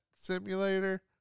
simulator